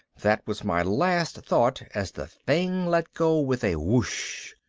that was my last thought as the thing let go with a whoosh.